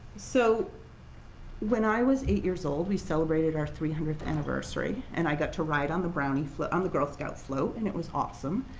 so when i was eight years old we celebrated our three hundredth anniversary, and i got to ride on the brownies on the girl scout float and it was awesome.